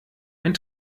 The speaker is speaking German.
ein